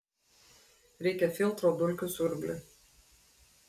reikia filtro dulkių siurbliui